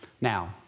Now